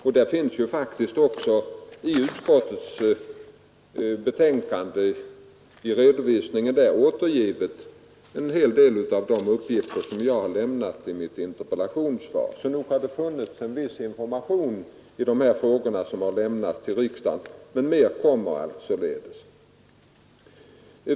I redovisningen för utskottets betänkande finns återgivna en hel del av de uppgifter som jag lämnat i mitt interpellationssvar. Så nog har det funnits en viss information till riksdagen i dessa frågor. Men ytterligare information kommer.